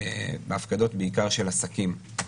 בהפקדות בעיקר של עסקים.